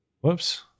whoops